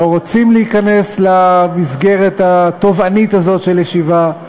לא רוצים להיכנס למסגרת התובענית הזאת של ישיבה.